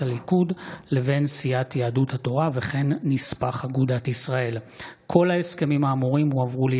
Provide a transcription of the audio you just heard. הליכוד לבין סיעת התאחדות הספרדים שומרי תורה תנועתו של